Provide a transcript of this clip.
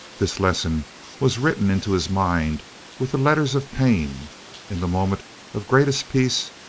this lesson was written into his mind with the letters of pain in the moment of greatest peace,